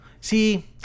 See